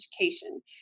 education